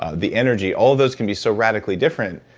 ah the energy, all of those can be so dramatically different,